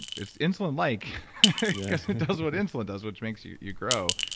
it's insulin-like because it does what insulin does which makes you you grow.